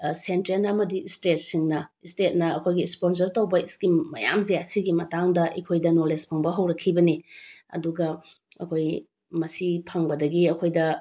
central ꯑꯃꯗꯤ ꯏꯁꯇꯦꯠꯁꯤꯡꯅ ꯏꯁꯇꯦꯠꯅ ꯑꯩꯈꯣꯏꯒꯤ ꯏꯁꯄꯣꯟꯁꯔ ꯇꯧꯕ ꯏꯁꯀꯤꯝ ꯃꯌꯥꯝꯁꯦ ꯁꯤꯒꯤ ꯃꯇꯥꯡꯗ ꯑꯩꯈꯣꯏꯗ ꯅꯣꯂꯦꯖ ꯐꯪꯕ ꯍꯧꯔꯛꯈꯤꯕꯅꯤ ꯑꯗꯨꯒ ꯑꯩꯈꯣꯏ ꯃꯁꯤ ꯐꯪꯕꯗꯒꯤ ꯑꯩꯈꯣꯏꯗ